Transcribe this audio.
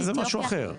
בסדר, זה משהו אחר.